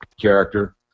character